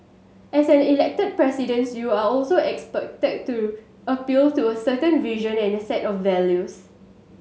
as an elected Presidents you are also expected to appeal to a certain vision and set of values